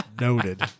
Noted